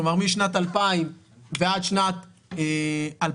כלומר משנת 2000 ועד שנת 2020,